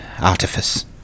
Artifice